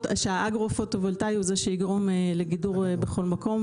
שהאגרו הפוטו-וולטאי הוא זה שיגרום לגידור בכל מקום,